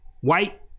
White